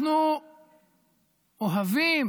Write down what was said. אנחנו אוהבים